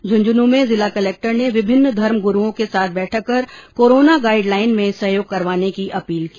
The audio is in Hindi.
झुंझनूं में जिला कलेक्टर ने विभिन्न धर्म गुरूओं के साथ बैठक कर कोरोना गाइड लाइन में सहयोग करवाने की अपील की